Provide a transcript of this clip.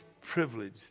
privilege